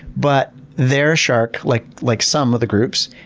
but they're a shark, like like some of the groups,